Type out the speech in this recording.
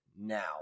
now